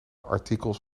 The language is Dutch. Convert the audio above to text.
artikels